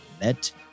met